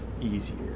easier